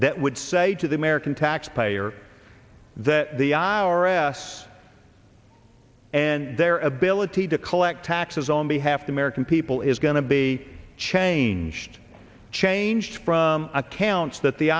that would say to the american taxpayer that the i r s and their ability to collect taxes on behalf the american people is going to be changed change from accounts that the